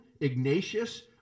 Ignatius